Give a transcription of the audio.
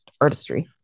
artistry